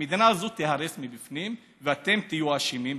המדינה הזו תיהרס מבפנים, ואתם תהיו אשמים בזה.